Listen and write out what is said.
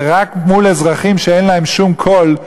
ורק מול אזרחים שאין להם שום קול,